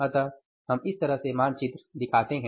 अतः हम इस तरह से मानचित्र दिखाते हैं